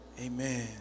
Amen